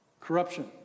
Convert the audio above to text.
corruption